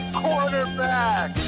quarterback